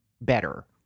better